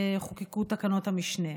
חוקקו תקנות המשנה.